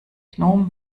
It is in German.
gnom